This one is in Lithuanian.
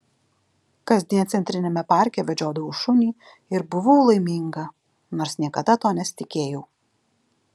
kasdien centriniame parke vedžiodavau šunį ir buvau laiminga nors niekada to nesitikėjau